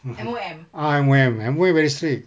mmhmm ah M_O_M M_O_M very strict